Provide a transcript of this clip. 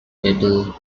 papal